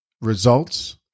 results